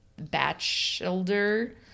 Bachelor